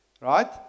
right